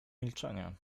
milczenie